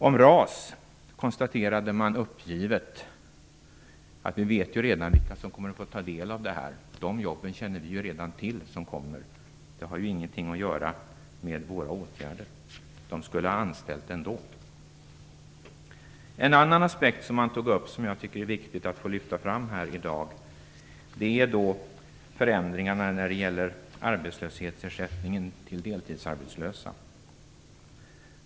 Om RAS konstaterade man uppgivet att man redan visste vilka som kommer att få del av detta. De jobb som kommer känner vi ju redan till. De har ju ingenting att göra med våra åtgärder. Arbetsgivarna i fråga skulle ha anställt ändå. En annan aspekt som man tog upp och som jag tycker att det är viktigt att få lyfta fram här i dag är förändringarna i arbetslöshetsersättningen till deltidsarbetslösa.